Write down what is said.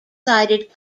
sided